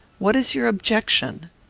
what is your objection?